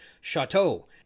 Chateau